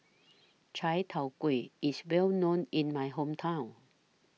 Chai Tow Kuay IS Well known in My Hometown